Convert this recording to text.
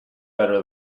better